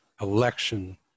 election